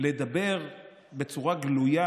לדבר בצורה גלויה,